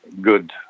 good